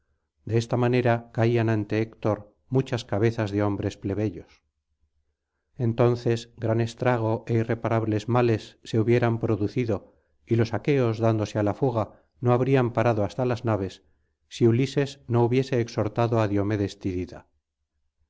de esta manera caían ante héctor muchas cabezas de hombres plebeyos entonces gran estrago é irreparables males se hubieran producido y los aqueos dándose á la fuga no habrían parado hasta las naves si ulises no hubiese exhortado á diomedes